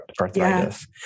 arthritis